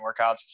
workouts